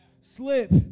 Slip